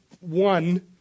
one